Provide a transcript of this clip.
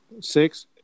Six